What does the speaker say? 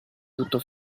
tutto